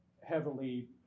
heavily